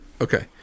Okay